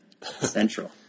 central